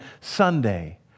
Sunday